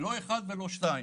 לא אחד ולא שניים.